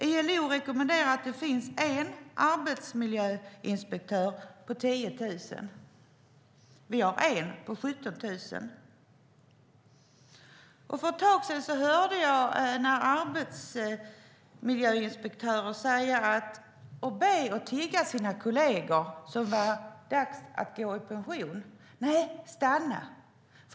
ILO rekommenderar att det finns en arbetsmiljöinspektör på 10 000 anställda. Vi har en på 17 000. För ett tag sedan hörde jag arbetsmiljöinspektörer be och tigga sina kolleger som var på väg att gå i pension: Stanna!